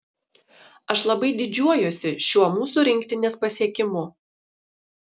aš labai didžiuojuosi šiuo mūsų rinktinės pasiekimu